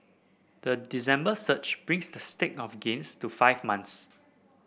the December surge brings the streak of gains to five months